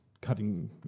cutting